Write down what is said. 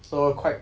so quite